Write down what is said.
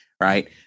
right